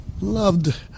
loved